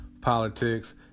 politics